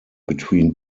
between